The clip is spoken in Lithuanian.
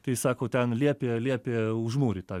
tai sako ten liepė liepė užmūryt tą